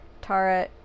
Tara